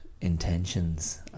intentions